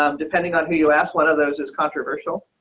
um depending on who you ask. one of those is controversial.